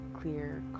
clear